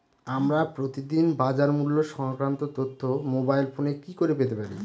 আমরা প্রতিদিন বাজার মূল্য সংক্রান্ত তথ্য মোবাইল ফোনে কি করে পেতে পারি?